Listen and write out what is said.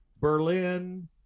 Berlin